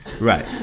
right